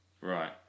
Right